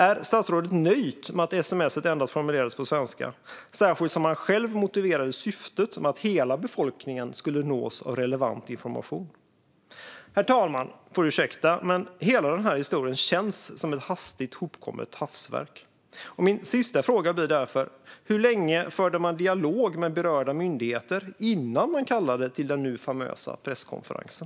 Är statsrådet nöjd med att sms:et formulerades endast på svenska, särskilt som han själv motiverade syftet som att hela befolkningen skulle nås av relevant information? Herr talmannen får ursäkta, men hela den här historien känns som ett hastigt hopkommet hafsverk. Min sista fråga blir därför hur länge man förde dialog med berörda myndigheter innan man kallade till den nu famösa presskonferensen.